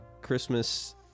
Christmas